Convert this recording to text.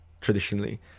traditionally